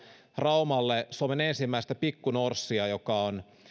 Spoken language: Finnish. raumalle suomen ensimmäistä pikkunorssia joka